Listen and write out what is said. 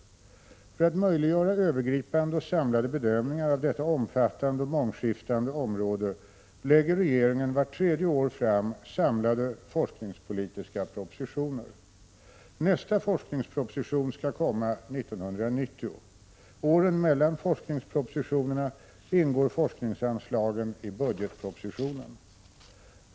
39 För att möjliggöra övergripande och samlade bedömningar av detta omfattande och mångskiftande område lägger regeringen vart tredje år fram samlade forskningspolitiska propositioner. Nästa forskningsproposition skall komma 1990. Åren mellan forskningspropositionerna ingår forskningsanslagen i budgetpropositionen.